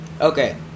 Okay